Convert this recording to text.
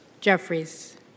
Jeffries